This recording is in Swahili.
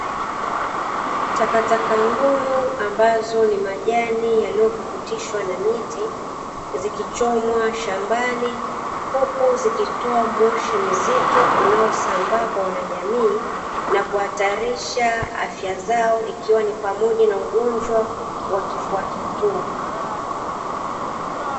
Takataka ngumu ambazo ni majani yaliyopukutishwa na miti, zikichomwa shambani. Huku zikitoa moshi mzito unaosambaa kwa wanajamii, na kuhatarisha afya zao ikiwa ni pamoja na ugonjwa wa kifua kikuu.